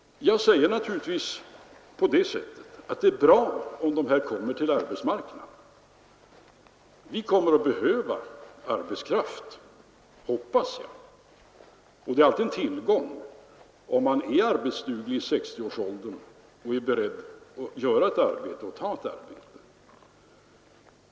Det är naturligtvis bra om dessa kommer ut på arbetsmarknaden. Vi kommer att behöva arbetskraft, hoppas jag, och det är alltid en tillgång om en person är arbetsduglig vid 60 års ålder och är beredd att ta ett arbete.